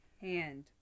Hand